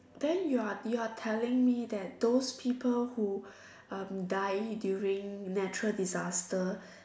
then you are you are telling me that those people who um die during natural disaster